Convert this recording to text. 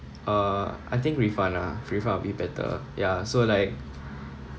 uh I think refund ah refund will be better ya so like